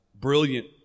brilliant